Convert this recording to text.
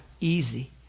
easy